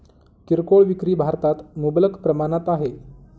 किरकोळ विक्री भारतात मुबलक प्रमाणात आहे